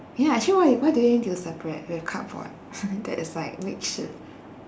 ya actually why why do you need to separate with cardboard that is like